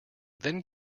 then